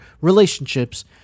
relationships